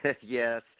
Yes